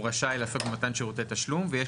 הוא רשאי לעסוק במתן שירותי תשלום ויש